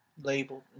labeled